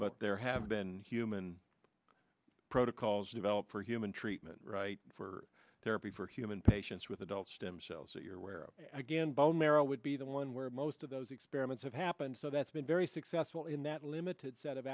but there have been human protocols developed for human treatment right for therapy for human patients with adult stem cells a year where again bone marrow would be the one where most of those experiments have happened so that's been very successful in that limited set of